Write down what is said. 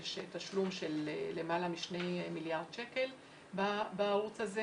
שיש תשלום של למעלה מ-2 מיליארד שקל בערוץ הזה